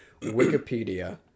Wikipedia